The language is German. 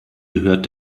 gehört